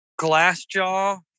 Glassjaw